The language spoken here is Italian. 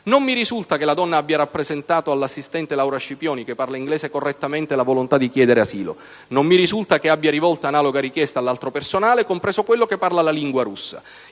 Non mi risulta che la donna abbia rappresentato all'assistente Laura Scipioni, che parla inglese correttamente, la volontà di chiedere asilo. Non mi risulta che abbia rivolto analoga richiesta all'altro personale, compreso quello che parla la lingua russa.